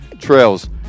trails